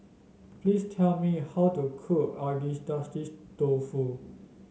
please tell me how to cook Agedashi Dofu